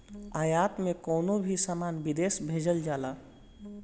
आयात में कवनो भी सामान विदेश भेजल जाला